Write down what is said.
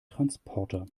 transporter